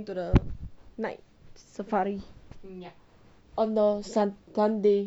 to the night safari on the sunday